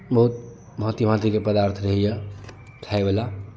बहुत भाँति भाँतिके पदार्थ रहैए खायवला